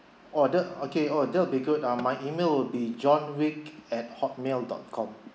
oh that okay oh that will be good uh my email be john wick at hotmail dot com